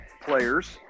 players